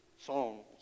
songs